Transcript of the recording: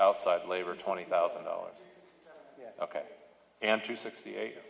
outside labor twenty thousand dollars ok and three sixty eight